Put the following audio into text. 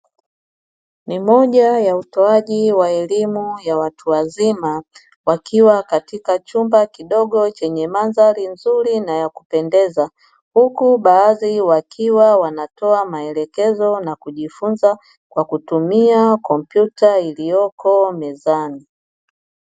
Ni moja ya utoaji wa elimu ya watu wazima, wakiwa katika chumba kidogo chenye mandhari nzuri na ya kupendeza, huku baadhi wakiwa wanatoa maelekezo na kujifunza kwa kutumia kompyuta iliyoko mezani.